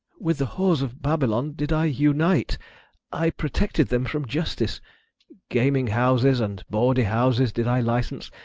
with the whores of babylon did i unite i protected them from justice gaming-houses and baudy-houses did i license,